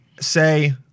say